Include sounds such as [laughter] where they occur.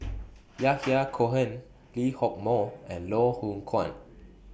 [noise] Yahya Cohen Lee Hock Moh and Loh Hoong Kwan